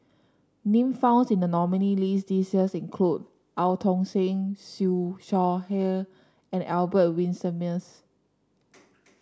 names found in the nominees' list this year include Eu Tong Sen Siew Shaw Her and Albert Winsemius